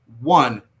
one